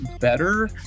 better